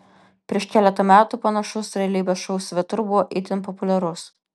prieš keletą metų panašus realybės šou svetur buvo itin populiarus